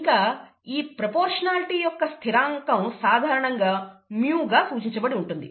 ఇంకా ఈ ప్రొపోర్షనాలిటీ యొక్క స్థిరాంకం సాధారణంగా μ గా సూచించబడి ఉంటుంది